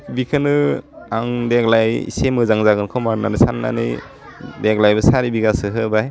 बिखोनो आं देग्लाइ इसे मोजां जागोन खोमा होननानै सान्नानै देग्लाइबो सारि बिघासो होबाय